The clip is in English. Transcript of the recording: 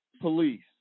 police